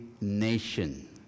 nation